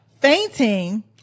fainting